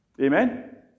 Amen